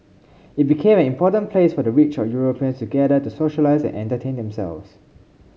it became an important place for the rich or Europeans to gather to socialise and entertain themselves